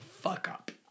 fuck-up